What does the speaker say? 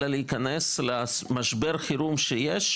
אלא להיכנס למשבר חירום שיש,